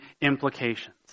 implications